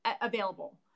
available